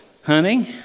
hunting